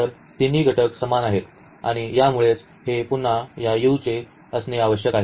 तर तिन्ही घटक समान आहेत आणि यामुळेच हे पुन्हा या U चे असणे आवश्यक आहे